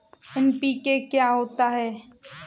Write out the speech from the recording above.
NPK क्या होता है?